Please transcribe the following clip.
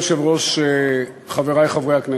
אדוני היושב-ראש, חברי חברי הכנסת,